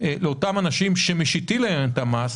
לאותם אנשים שמשיתים עליהם את המס,